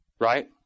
right